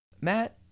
Matt